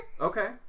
okay